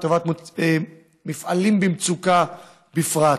לטובת מפעלים במצוקה בפרט.